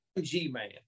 g-man